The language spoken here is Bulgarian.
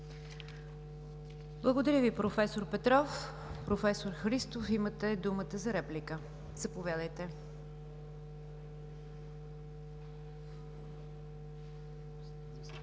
Благодаря Ви, проф. Петров. Професор Христов, имате думата за реплика. Заповядайте. ИВО